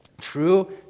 True